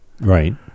right